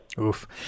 Oof